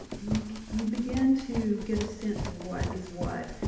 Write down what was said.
you you begin to get a sense of what is what,